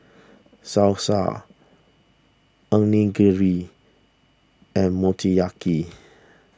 Salsa Onigiri and Motoyaki